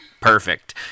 perfect